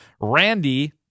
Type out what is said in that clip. Randy